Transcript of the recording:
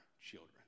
children